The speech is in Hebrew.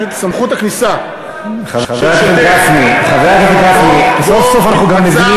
את סמכות הכניסה של שוטר למקום שבו מתבצעת